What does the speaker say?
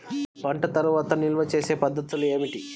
పంట తర్వాత నిల్వ చేసే పద్ధతులు ఏమిటి?